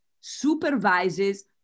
supervises